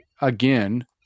again